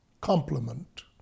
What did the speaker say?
complement